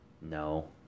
No